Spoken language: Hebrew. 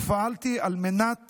ופעלתי על מנת